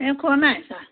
এওঁ খোৱা নাই চাহ